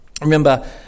Remember